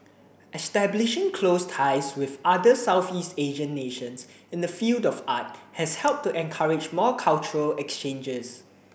establishing close ties with other Southeast Asian nations in the field of art has helped to encourage more cultural exchanges